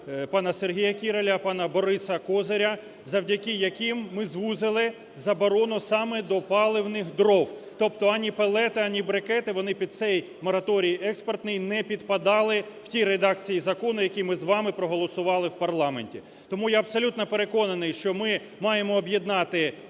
пана Сергія Кіраля, пана Бориса Козиря, завдяки яким ми звузили заборону саме до паливних дров, тобто ані палети, ані брикети вони під цей мораторій експортний не підпадали в тій редакції закону, який ми з вами проголосували в парламенті. Тому я абсолютно переконаний, що ми маємо об'єднати